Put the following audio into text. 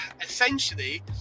essentially